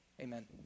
amen